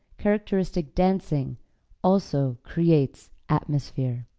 characteristic dancing also creates atmosphere.